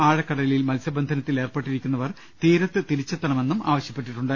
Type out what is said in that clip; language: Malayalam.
ആഴക്കട ലിൽ മത്സ്യബന്ധനത്തിലേർപ്പെട്ടിരിക്കുന്നവർ തീരത്ത് തിരിച്ചെത്തണമെന്നും ആവ ശ്യപ്പെട്ടിട്ടുണ്ട്